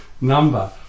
number